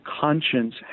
conscience